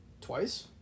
twice